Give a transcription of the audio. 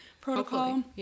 protocol